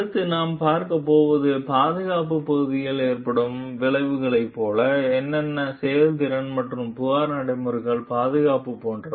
அடுத்து நாம் பார்க்கப் போவது பாதுகாப்பு பகுதியில் ஏற்படும் விளைவைப் போல என்னென்ன செயல்திறன் மற்றும் புகார் நடைமுறைகளின் பாதுகாப்பு போன்றவை